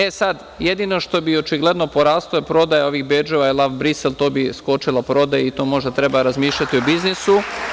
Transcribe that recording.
E, sad, jedino što bi očigledno poraslo je prodaja ovih bedževa „I love Brussels“, to bi skočila prodaja i tu možda treba razmišljati o biznisu.